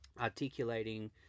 articulating